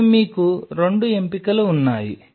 ఇప్పుడు మీకు రెండు ఎంపికలు ఉన్నాయి